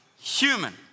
human